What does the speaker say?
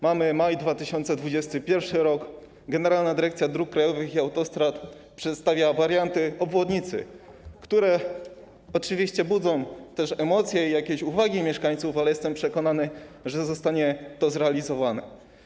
Mamy maj 2021 r., Generalna Dyrekcja Dróg Krajowych i Autostrad przedstawia warianty obwodnicy, które oczywiście budzą też emocje i jakieś uwagi mieszkańców, ale jestem przekonany, że zostanie to zrealizowane.